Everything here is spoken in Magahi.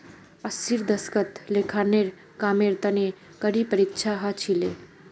अस्सीर दशकत लेखांकनेर कामेर तने कड़ी परीक्षा ह छिले